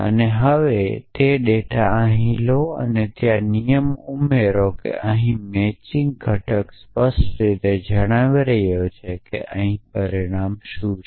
અને તે ડેટા લો અને ત્યાં નિયમ ઉમેરો કે અહીં મેચિંગ ઘટક સ્પષ્ટ રીતે જણાવી રહ્યો છું કે અહીં પરિણામ શું છે